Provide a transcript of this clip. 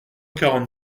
quarante